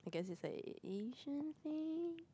I guess it's an Asian thing